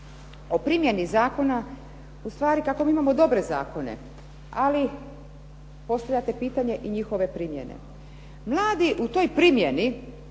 o primjeni zakona, u stvari kako mi imamo dobre zakone. Ali postavlja se pitanje i njihove primjene. Mladi u toj primjeni,